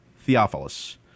Theophilus